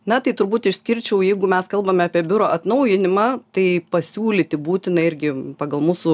na tai turbūt išskirčiau jeigu mes kalbame apie biuro atnaujinimą tai pasiūlyti būtina irgi pagal mūsų